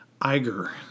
Iger